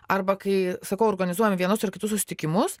arba kai sakau organizuojam vienus ar kitus susitikimus